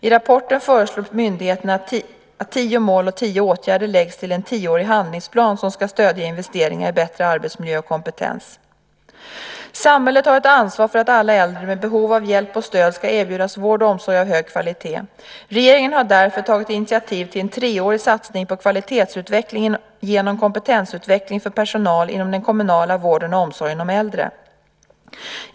I rapporten föreslår myndigheterna att tio mål och tio åtgärder läggs till en tioårig handlingsplan som ska stödja investeringar i bättre arbetsmiljö och kompetens. Samhället har ett ansvar för att alla äldre med behov av hjälp och stöd ska erbjudas vård och omsorg av hög kvalitet. Regeringen har därför tagit initiativ till en treårig satsning på kvalitetsutveckling genom kompetensutveckling för personal inom den kommunala vården och omsorgen om äldre.